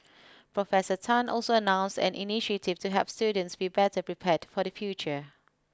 professor Tan also announced an initiative to help students be better prepared for the future